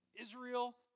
Israel